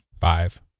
Five